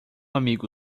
amigo